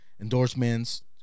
endorsements